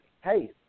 hey